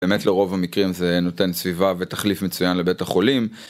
באמת לרוב המקרים זה... נותן סביבה ותחליף מצוין לבית החולים,